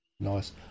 Nice